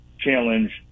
challenge